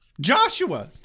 joshua